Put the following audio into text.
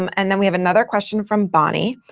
um and then we have another question from bonnie.